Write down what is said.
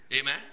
Amen